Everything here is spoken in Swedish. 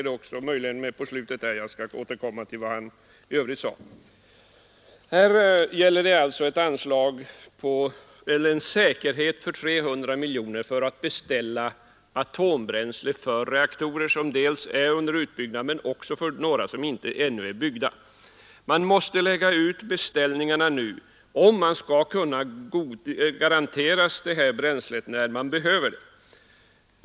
Det gäller här först en statlig säkerhet om 300 miljoner för att beställa atombränsle för reaktorer som är under utbyggnad men också för några som inte ännu är byggda. Man måste göra beställningarna redan nu om man skall kunna garantera att bränslet finns när man behöver det.